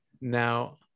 now